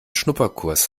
schnupperkurs